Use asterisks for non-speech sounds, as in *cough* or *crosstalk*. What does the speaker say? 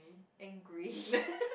angry *breath*